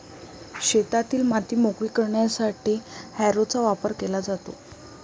शेतातील माती मोकळी करण्यासाठी हॅरोचा वापर केला जातो